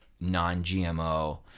non-GMO